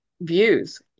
views